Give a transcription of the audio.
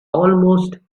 almost